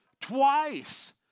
twice